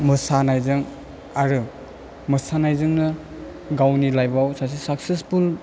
मोसानायजों आरो मोसानाय जोंनो गावनि लाइफ आव सासे साकचेसफुल